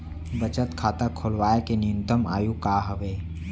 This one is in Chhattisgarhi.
बचत खाता खोलवाय के न्यूनतम आयु का हवे?